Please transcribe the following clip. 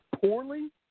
poorly